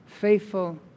faithful